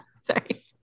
sorry